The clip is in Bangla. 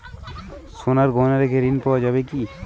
সোনার গহনা রেখে ঋণ পাওয়া যাবে কি?